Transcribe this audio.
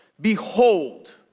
Behold